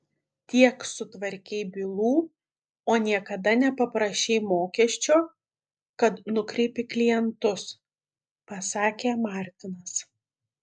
tiek sutvarkei bylų o niekada nepaprašei mokesčio kad nukreipi klientus pasakė martinas